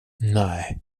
nej